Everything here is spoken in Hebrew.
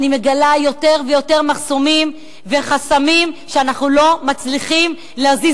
אני מגלה יותר ויותר מחסומים וחסמים שאנחנו לא מצליחים להזיז.